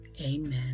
Amen